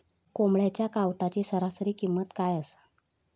कोंबड्यांच्या कावटाची सरासरी किंमत काय असा?